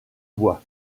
bois